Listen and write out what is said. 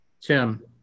Tim